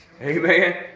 Amen